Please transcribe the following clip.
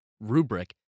rubric